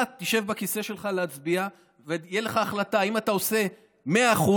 אתה תשב בכיסא שלך להצביע ותהיה לך החלטה: האם אתה עושה 100%,